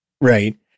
Right